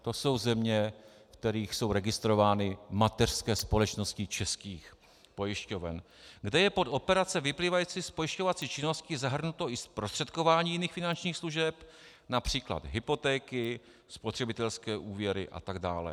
To jsou země, v kterých jsou registrovány mateřské společnosti českých pojišťoven, kde je pod operace vyplývající z pojišťovací činnosti zahrnuto i zprostředkování jiných finančních služeb, například hypotéky, spotřebitelské úvěry atd.